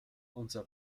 unser